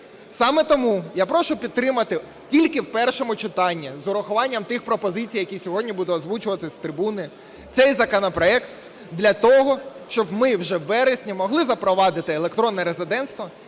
Саме тому я прошу підтримати тільки в першому читанні з урахуванням тих пропозицій, які сьогодні буду озвучувати з трибуни, цей законопроект для того, щоб ми вже у вересні могли запровадити електронне резидентство